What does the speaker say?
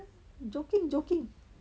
joking joking